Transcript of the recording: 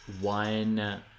one